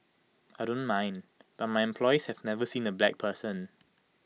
I don't mind but my employees have never seen A black person